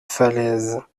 falaise